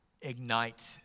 ignite